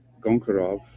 Goncharov